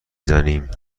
زنیم